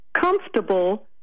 comfortable